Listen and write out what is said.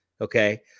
okay